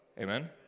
Amen